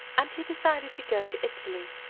and he decided to go to italy,